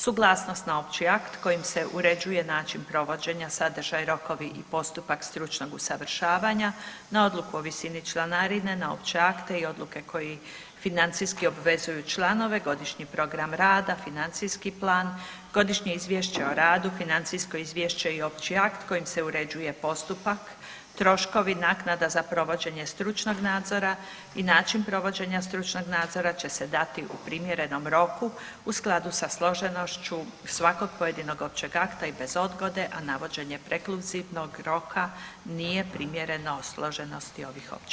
Suglasnost na opći akt kojim se uređuje način provođenja, sadržaj, rokovi i postupak stručnog usavršavanja, na odluku o visini članarine, na opće akte i odluke koji financijski obvezuju članove, godišnji program rada, financijski plan, godišnje izvješće o radu, financijsko izvješće i opći akt kojim se uređuje postupak, troškovi, naknada za provođenje stručnog nadzora i način provođenja stručnog nadzora će se dati u primjerenom roku u skladu sa složenošću svakog pojedinog općeg akta i bez odgode, a navođenje prekluzivnog roka nije primjereno složenosti ovih općih akata.